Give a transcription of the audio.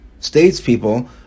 statespeople